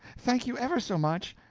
thank you ever so much.